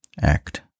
act